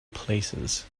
places